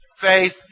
faith